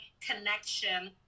connection